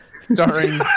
starring